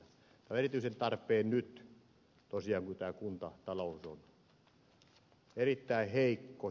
tämä on erityisen tarpeen nyt tosiaan kun tämä kuntatalous on erittäin heikko